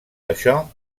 això